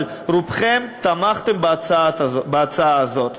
אבל רובכם תמכתם בהצעה הזאת.